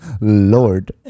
Lord